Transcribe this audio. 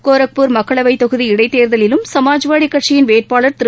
கோரக்பூர் மக்களவை தொகுதி இடைத்தோதலிலும் சமாஜ்வாடி கட்சியின் வேட்பாளர் திரு